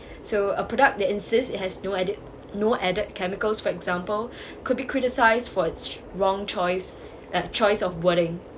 so a product that insists it has no added no added chemicals for example could be criticised for it's wrong choice uh choice of wording